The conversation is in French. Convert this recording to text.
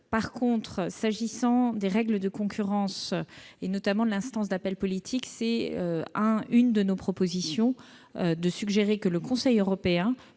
Concernant les règles de concurrence et notamment l'instance d'appel politique, l'une de nos propositions est de suggérer que le Conseil européen